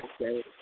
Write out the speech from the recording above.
Okay